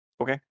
Okay